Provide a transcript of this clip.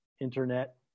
internet